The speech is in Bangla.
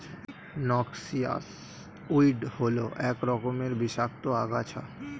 নক্সিয়াস উইড হল এক রকমের বিষাক্ত আগাছা